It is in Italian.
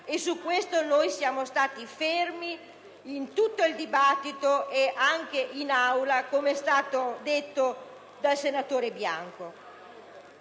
Su questo noi siamo stati fermi in tutto il dibattito in Commissione ed anche in Aula, come è stato detto dal senatore Bianco.